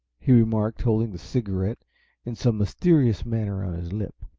he remarked, holding the cigarette in some mysterious manner on his lip.